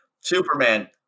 Superman